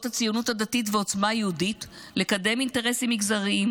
הציונות הדתית ועוצמה יהודית לקדם אינטרסים מגזריים,